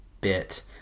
bit